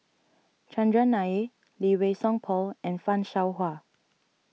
Chandran Nair Lee Wei Song Paul and Fan Shao Hua